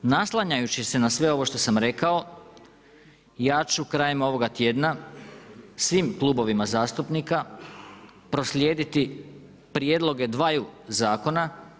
Naslanjajući se na sve ovo što sam rekao, ja ću krajem ovoga tjedna svim klubovima zastupnika proslijediti prijedloge dvaju zakona.